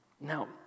Now